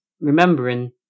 remembering